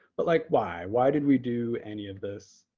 but like, why? why did we do any of this?